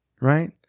right